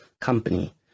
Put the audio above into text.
company